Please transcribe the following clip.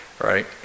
Right